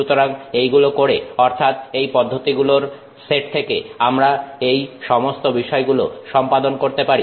সুতরাং এই গুলো করে অর্থাৎ এই পদ্ধতিগুলোর সেট থেকে আমরা এই সমস্ত বিষয়গুলো সম্পাদন করতে পারি